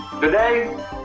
Today